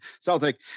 Celtic